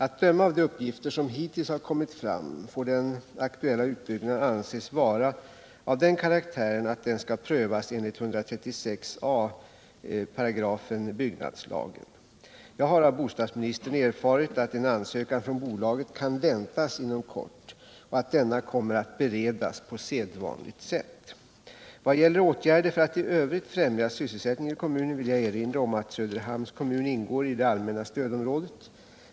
Att döma av de uppgifter som hittills har kommit fram får den aktuella utbyggnaden anses vara av den karaktären att den skall prövas enligt 136 a § byggnadslagen. Jag har av bostadsministern erfarit att en ansökan från bolaget kan väntas inom kort och att denna kommer att beredas på sedvanligt sätt. jag erinra om att Söderhamns kommun ingår i det allmänna stödområdet.